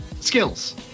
skills